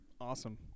Awesome